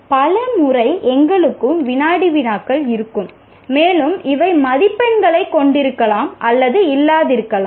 பல முறை எங்களுக்கும் வினாடி வினாக்கள் இருக்கும் மேலும் இவை மதிப்பெண்களைக் கொண்டிருக்கலாம் அல்லது இல்லாதிருக்கலாம்